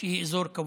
שהיא אזור כבוש,